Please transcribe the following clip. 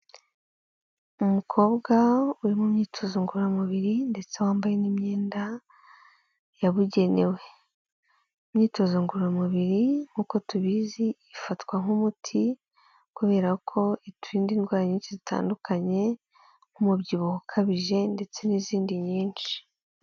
Umukobwa uri mu myitozo ngororamubiri, ndetse wambaye n'imyenda yabugenewe. Imyitozo ngororamubiri nk'uko tubizi ifatwa nk'umuti, kubera ko iturinda indwara nyinshi zitandukanye, nk'umubyibuho ukabije, ndetse n'izindi nyinshi.